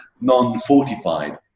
non-fortified